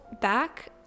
back